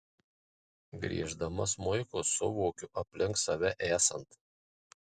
grieždama smuiku suvokiu aplink save esant